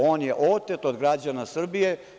On je otet od građana Srbije.